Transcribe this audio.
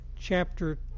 chapter